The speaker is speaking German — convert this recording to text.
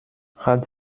hat